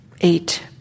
eight